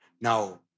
Now